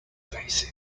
face